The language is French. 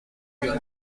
deux